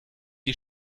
die